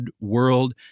world